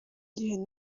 gihe